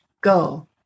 go